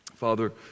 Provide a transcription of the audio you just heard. Father